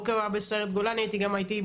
הוא היה בסיירת גולני, הייתי גם בחטיבה.